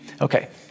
Okay